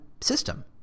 system